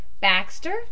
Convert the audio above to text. Baxter